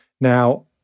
Now